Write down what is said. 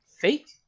fake